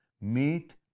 Meet